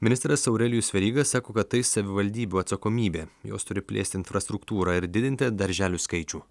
ministras aurelijus veryga sako kad tai savivaldybių atsakomybė jos turi plėsti infrastruktūrą ir didinti darželių skaičių